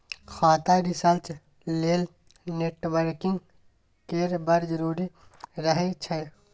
खाता रिसर्च लेल नेटवर्किंग केर बड़ जरुरी रहय छै